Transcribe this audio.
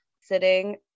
sitting